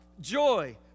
joy